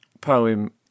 poem